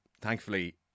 thankfully